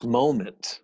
moment